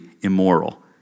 immoral